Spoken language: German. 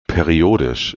periodisch